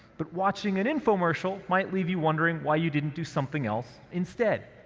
but watching an infomercial might leave you wondering why you didn't do something else instead.